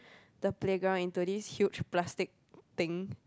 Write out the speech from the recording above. the playground into this huge plastic thing